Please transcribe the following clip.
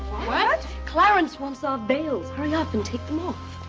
what? clarence wants our veils. hurry up and take them off.